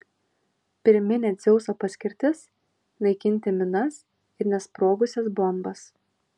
pirminė dzeuso paskirtis naikinti minas ir nesprogusias bombas